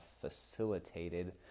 facilitated